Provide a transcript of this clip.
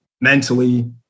mentally